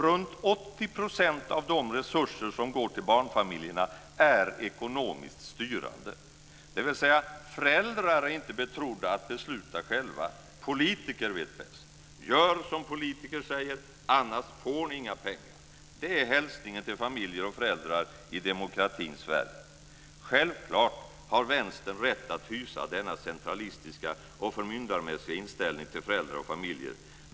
Runt 80 % av de resurser som går till barnfamiljerna är ekonomiskt styrande, dvs. att föräldrar inte är betrodda att besluta själva, att politiker vet bäst. Gör som politiker säger annars får ni inga pengar! Det är hälsningen till familjer och föräldrar i demokratins Sverige. Självklart har vänstern rätt att hysa denna centralistiska och förmyndarmässiga inställning till föräldrar och familjer.